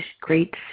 great